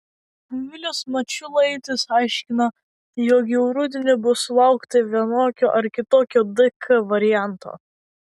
vilius mačiulaitis aiškino jog jau rudenį bus sulaukta vienokio ar kitokio dk varianto